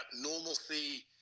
normalcy